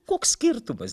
koks skirtumas